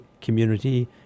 community